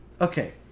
Okay